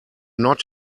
not